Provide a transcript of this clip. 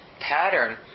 pattern